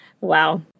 Wow